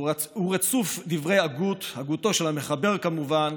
והוא רצוף דברי הגות, הגותו של המחבר, כמובן,